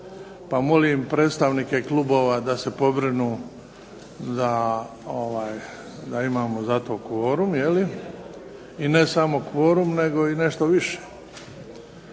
pa molim predstavnike klubova da se pobrinu da imamo zato kvorum i ne samo kvorum nego i nešto više.